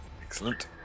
Excellent